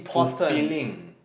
fulfilling